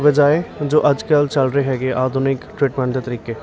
ਬਜਾਇ ਜੋ ਅੱਜ ਕੱਲ੍ਹ ਚੱਲ ਰਹੇ ਹੈਗੇ ਆਧੁਨਿਕ ਟ੍ਰੀਟਮੈਂਟ ਦੇ ਤਰੀਕੇ